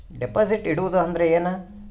Deposit ಇಡುವುದು ಅಂದ್ರ ಏನ?